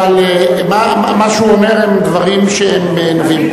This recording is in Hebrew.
אבל מה שהוא אומר זה דברים שהם מביאים.